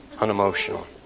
Unemotional